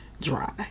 dry